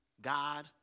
God